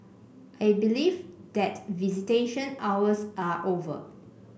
I believe that visitation hours are over